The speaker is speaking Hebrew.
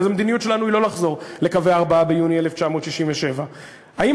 והמדיניות שלנו היא לא לחזור לקווי 4 ביוני 1967. האם